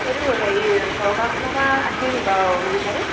এইটো হেৰি চৰকাৰফালৰপৰা আহে নেকি বাৰু সুবিধাটো